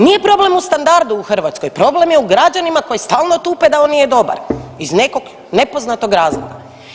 Nije problem u standardu u Hrvatskoj, problem je u građanima koji stalno tupe da on nije dobar iz nekog nepoznatog razloga.